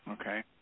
Okay